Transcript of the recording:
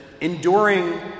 enduring